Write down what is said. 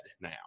now